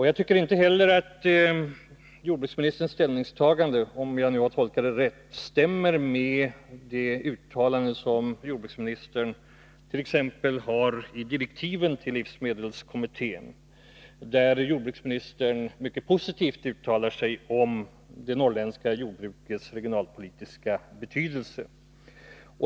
Jag tycker inte heller att jordbruksministerns ställningstagande — om jag nu har tolkat det rätt — stämmer med de uttalanden som jordbruksministern har gjort, t.ex. i direktiven till livsmedelskommittén, där jordbruksministern mycket positivt uttalar sig om det norrländska jordbrukets regionalpolitiska betydelse.